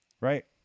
Right